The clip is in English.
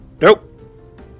Nope